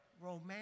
romance